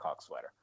sweater